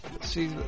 See